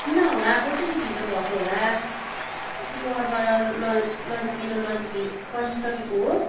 किन होला कसरी ढिलो भएको होला कि वहाँबाट लन्च मेरो लन्च पठाइसकेको हो